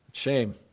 shame